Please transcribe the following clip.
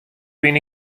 bin